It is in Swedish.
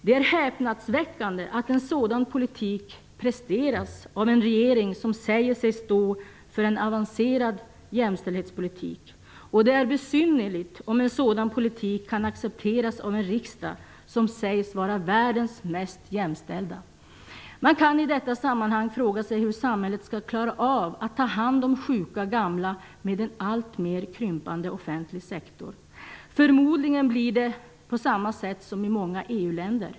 Det är häpnadsväckande att en sådan politik presteras av en regering som säger sig stå för en avancerad jämställdhetspolitik, och det är besynnerligt att en sådan politik kan accepteras av en riksdag som sägs vara världens mest jämställda. Man kan i detta sammanhang fråga sig hur samhället skall klara av att ta hand om sjuka och gamla med en alltmer krympande offentlig sektor. Förmodligen blir det på samma sätt som i många EU-länder.